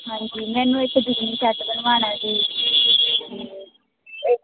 ਹਾਂਜੀ ਮੈਨੂੰ ਇੱਕ ਜੁਗਨੀ ਸੈੱਟ ਬਨਵਾਨਾ ਜੀ ਤੇ ਇੱਕ